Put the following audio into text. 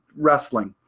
wrestling.